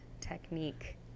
technique